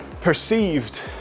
perceived